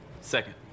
Second